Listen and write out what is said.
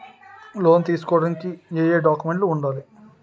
Loan తీసుకోడానికి ఏయే documents వుండాలి?